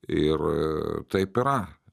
ir taip yra